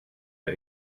the